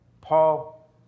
paul